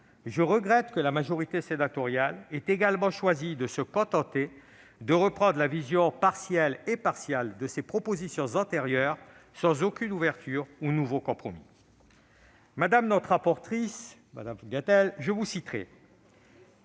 je regrette que la majorité sénatoriale ait également choisi de se contenter de reprendre la vision partielle et partiale de ses propositions antérieures, sans aucune ouverture ou compromis. Madame notre rapportrice, je vous cite